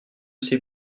ces